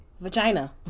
vagina